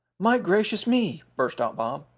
my gracious me! burst out bob.